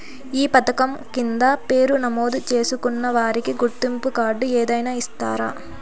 ఈ పథకం కింద పేరు నమోదు చేసుకున్న వారికి గుర్తింపు కార్డు ఏదైనా ఇస్తారా?